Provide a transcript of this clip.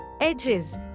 EDGES